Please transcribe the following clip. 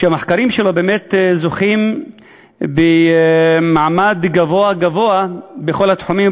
שהמחקרים שלו באמת זוכים במעמד גבוה גבוה בכל התחומים,